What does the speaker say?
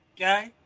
okay